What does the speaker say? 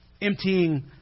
Emptying